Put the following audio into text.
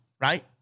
right